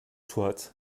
soit